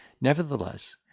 Nevertheless